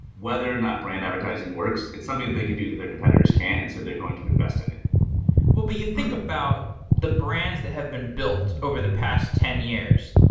whether or not brand advertising works, it's something that they can do that their competitors can't, and so they're going to invest in it but you think about the brands that have been built over the past ten years,